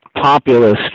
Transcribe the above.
populist